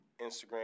Instagram